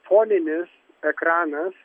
foninis ekranas